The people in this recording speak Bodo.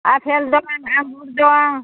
आफेल दं आंगुर दं